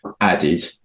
added